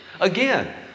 Again